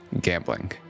gambling